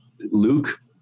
Luke